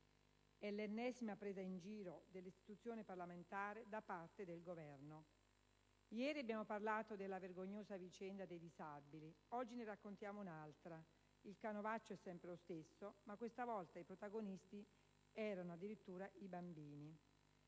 È l'ennesima presa in giro dell'istituzione parlamentare da parte del Governo! Ieri abbiamo parlato della vergognosa vicenda dei disabili, oggi ne raccontiamo un'altra. Il canovaccio è lo stesso, ma questa volta i protagonisti erano addirittura i bambini.